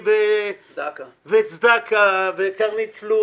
וצדקה וכו'.